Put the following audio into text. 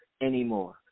anymore